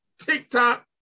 TikTok